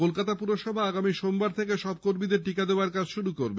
কলকাতা পুরসভা আগামী সোমবার থেকে সব কর্মীদের টীকা দেওয়ার কাজ শুরু করবে